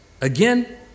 again